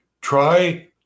try